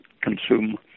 consume